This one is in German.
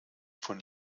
von